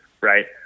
right